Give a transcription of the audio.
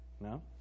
No